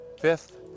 Fifth